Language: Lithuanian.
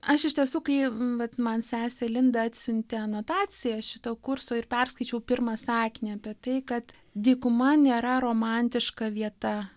aš iš tiesų kai vat man sesė linda atsiuntė anotaciją šito kurso ir perskaičiau pirmą sakinį apie tai kad dykuma nėra romantiška vieta